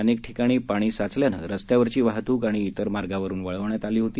अनक्वी ठिकाणी पाणी साचल्यानं रस्त्यावरची वाहतूक इतर मार्गावरुन वळविण्यात आली होती